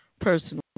personally